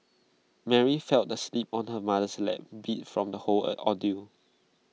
Mary fell asleep on her mother's lap beat from the whole ordeal